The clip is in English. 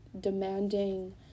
demanding